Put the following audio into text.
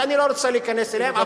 שאני לא רוצה להיכנס אליהם,